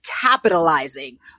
capitalizing